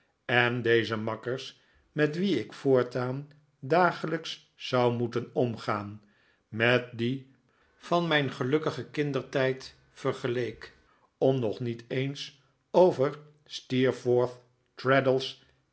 en deze makkers met wie ik voortaan dagelijks zou moeten omgaan met die van mijn gelukkigen kindertijd vergeleek om nog niet eens over